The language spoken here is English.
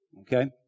Okay